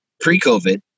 pre-COVID